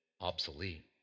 obsolete